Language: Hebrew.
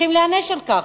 צריכים להיענש על כך.